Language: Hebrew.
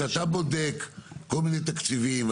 כשאתה בודק כל מיני תקציבים,